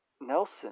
Nelson